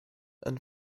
and